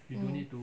mm